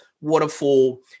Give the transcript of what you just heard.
waterfall